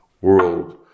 world